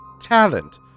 talent